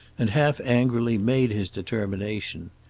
and half angrily made his determination.